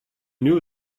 knew